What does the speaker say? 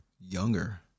younger